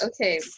Okay